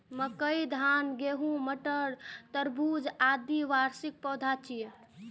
मकई, धान, गहूम, मटर, तरबूज, आदि वार्षिक पौधा छियै